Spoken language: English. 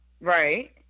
Right